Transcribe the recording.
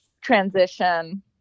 transition